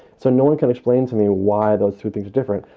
so no one can explain to me why those three things are different.